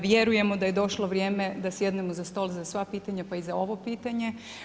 Vjerujemo da je došlo vrijeme da sjednemo za stol za svaka pitanja pa i za ovo pitanje.